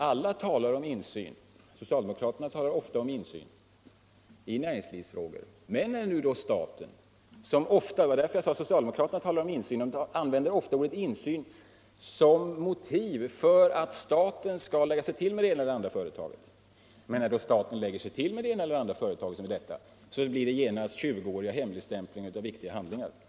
Alla talar om insyn. Socialdemokraterna använder ofta kravet på insyn som motiv för att staten skall lägga sig till med det ena eller andra företaget. Men när detta väl sker så hemligstämplas genast viktiga handlingar i 20 år.